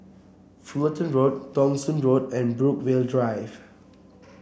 Fullerton Road Thong Soon Road and Brookvale Drive